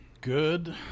Good